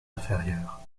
inférieure